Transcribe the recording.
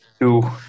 Two